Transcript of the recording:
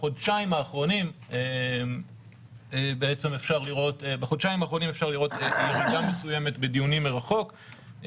בחודשיים האחרונים אפשר לראות ירידה מסוימת בדיונים מרחוק,